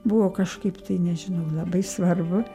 buvo kažkaip tai nežinau labai svarbu